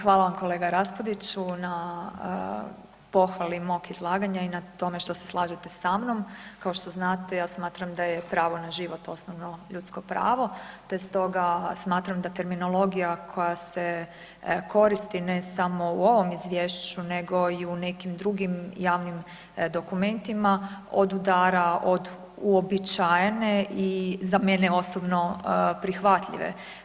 Hvala vam kolega Raspudiću na pohvali mog izlaganja i na tome što se slažete sa mnom, kao što znate, ja smatram da je pravo na život osnovno ljudsko pravo te stoga smatram da terminologija koja se koristi ne samo u ovom izvješću nego i u nekim drugim javim dokumentima, odudara od uobičajene i za mene osobno prihvatljive.